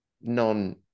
non